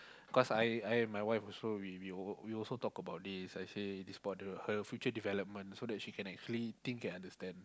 cause I I and my wife also we we we also talk about this I say is about the her future development so that she can actually think and understand